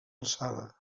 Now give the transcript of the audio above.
alçada